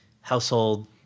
household